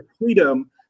freedom